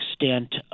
extent